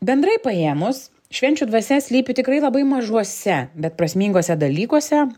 bendrai paėmus švenčių dvasia slypi tikrai labai mažuose bet prasminguose dalykuose